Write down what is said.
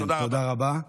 תודה רבה.